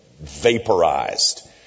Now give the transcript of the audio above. vaporized